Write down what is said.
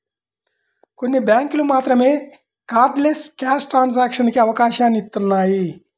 కొన్ని బ్యేంకులు మాత్రమే కార్డ్లెస్ క్యాష్ ట్రాన్సాక్షన్స్ కి అవకాశాన్ని ఇత్తన్నాయి